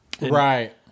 Right